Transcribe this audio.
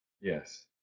yes